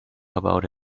about